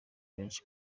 benshi